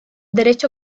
derecho